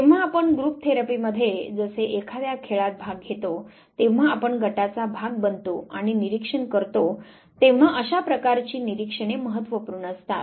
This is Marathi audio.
जेव्हा आपण ग्रुप थेरपीमध्ये जसे एखाद्या खेळात भाग घेतो तेव्हा आपण गटाचा भाग बनतो आणि निरीक्षण करतो तेंव्हा अशा प्रकारची निरीक्षणे महत्त्वपूर्ण असतात